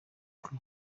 ati